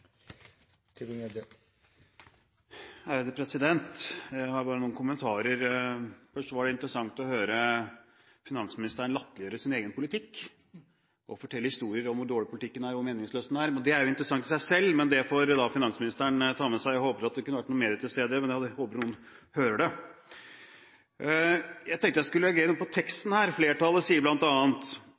Jeg har bare noen kommentarer. Først var det interessant å høre finansministeren latterliggjøre sin egen politikk og fortelle historier om hvor dårlig politikken er og hvor meningsløs den er. Det er jo interessant i seg selv, men det får finansministeren ta med seg. Jeg hadde håpet det hadde vært noen flere til stede, men jeg håper noen hører det. Jeg tenkte jeg skulle reagere på teksten her. Flertallet sier